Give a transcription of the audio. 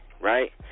right